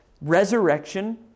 resurrection